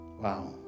Wow